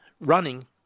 running